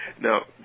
Now